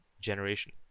generation